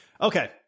okay